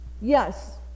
yes